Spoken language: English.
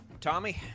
Tommy